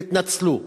הם התנצלו.